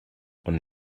und